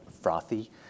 frothy